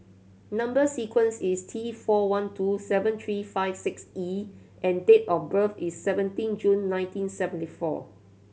number sequence is T four one two seven three five six E and date of birth is seventeen June nineteen seventy four